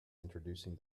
introducing